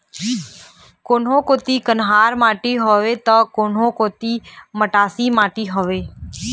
कोनो कोती कन्हार माटी हवय त, कोनो कोती मटासी माटी हवय